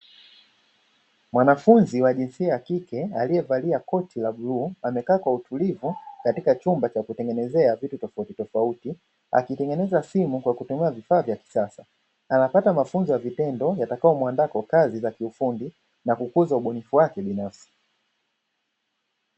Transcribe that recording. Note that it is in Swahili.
Mwanafunzi wa jinsia ya kike aliyevalia koti la bluu amekaa kwa utulivu katika chumba cha kutengeneza vitu tofautitofauti, akitengeneza simu kwa kutumia vifaa vya kisasa, anapata mafunzo ya vitendo yatakayomuandaa kwa kazi za kiufundi na kukuza ubunifu wake binafsi.